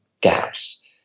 gaps